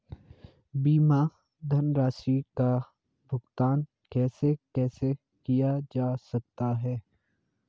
बीमा धनराशि का भुगतान कैसे कैसे किया जा सकता है?